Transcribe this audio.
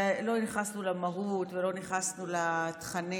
ועוד לא נכנסנו למהות, לא נכנסנו לתכנים.